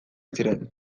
ziren